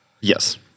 Yes